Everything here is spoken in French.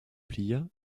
plia